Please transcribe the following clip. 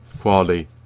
quality